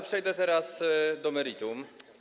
Przejdę teraz do meritum.